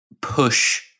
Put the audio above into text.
push